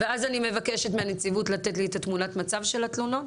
ואז אני מבקשת מהנציבות לתת לי את תמונת המצב של התלונות,